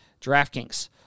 DraftKings